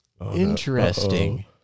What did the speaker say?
Interesting